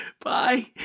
Bye